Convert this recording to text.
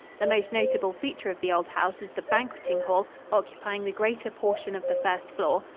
the most notable feature of the old house is the banqueting hall occupying the greater portion of the first floor,